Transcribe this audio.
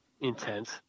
intense